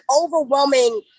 overwhelming